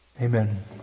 Amen